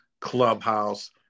Clubhouse